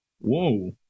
Whoa